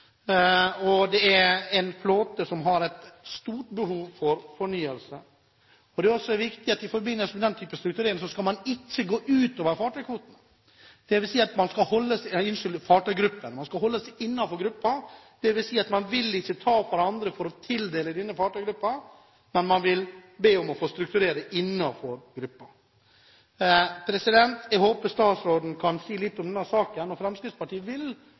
og det er en flåte som har et stort behov for fornyelse. Det er også viktig i forbindelse med denne typen strukturering at man ikke går utover fartøygruppen. Man skal holde seg innenfor gruppen. Det vil si at man vil ikke ta fra andre for å tildele denne fartøygruppen, men man vil be om å få strukturere innenfor gruppen. Jeg håper statsråden kan si litt om denne saken. Fremskrittspartiet vil,